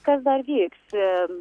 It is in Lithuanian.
kas dar vyks em